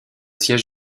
siège